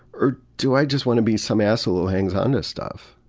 or do i just wanna be some asshole who hangs onto stuff?